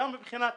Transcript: גם מבחינת